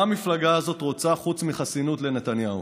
מה המפלגה הזאת רוצה, חוץ מחסינות לנתניהו?